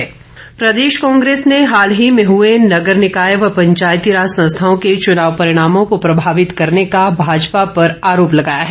राठौर प्रदेश कांग्रेस ने हाल ही में हुए नगर निकाय व पंचायतीराज संस्थाओं के चुनाव परिणामों को प्रभावित करने का भाजपा पर आरोप लगायाँ है